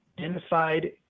identified